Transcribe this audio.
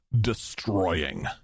destroying